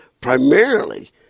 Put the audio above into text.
primarily